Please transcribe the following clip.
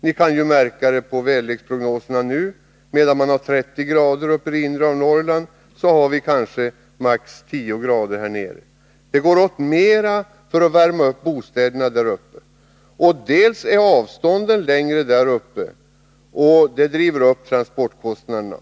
Det kan man märka på väderleksprognoserna just nu. Medan det i det inre av Norrland är 30 ? kallt, har vi här nere kanske max 10? kallt. Det går åt mer olja för att värma upp bostäderna i Norrland, och de långa avstånden driver upp transportkostnaderna.